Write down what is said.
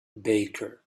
baker